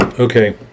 Okay